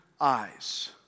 eyes